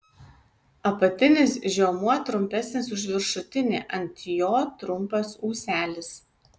apatinis žiomuo trumpesnis už viršutinį ant jo trumpas ūselis